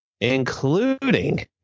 including